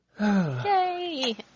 Yay